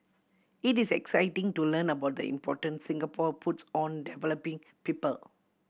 it is exciting to learn about the importance Singapore puts on developing people